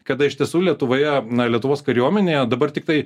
kada iš tiesų lietuvoje na lietuvos kariuomenėje dabar tiktai